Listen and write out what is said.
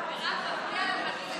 מרב, מפריע לך הדין הדתי,